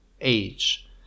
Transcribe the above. age